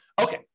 Okay